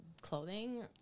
clothing